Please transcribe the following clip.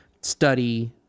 study